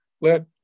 let